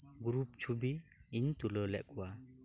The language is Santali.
ᱜᱨᱩᱯ ᱪᱷᱳᱵᱤ ᱤᱧ ᱛᱩᱞᱟᱹᱣ ᱞᱮᱫᱠᱚᱣᱟ